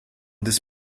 this